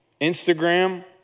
Instagram